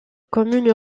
commune